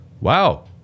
Wow